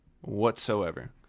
whatsoever